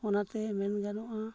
ᱚᱱᱟᱛᱮ ᱢᱮᱱ ᱜᱟᱱᱚᱜᱼᱟ